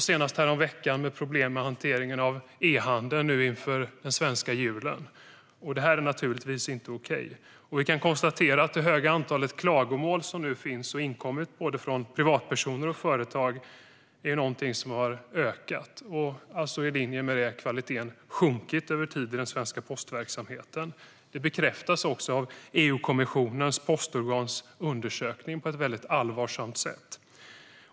Senast häromveckan var det problem med hanteringen av e-handeln inför den svenska julen. Det här är naturligtvis inte okej. Vi kan konstatera att antalet klagomål som inkommer från både privatpersoner och företag har ökat och att kvaliteten i linje med det har sjunkit över tid i den svenska postverksamheten. Det bekräftas av EU-kommissionens postorgans undersökning, vilket är allvarligt.